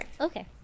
Okay